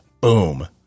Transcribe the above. boom